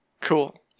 Cool